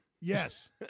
Yes